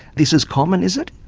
this is common is it?